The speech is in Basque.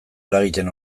eragiten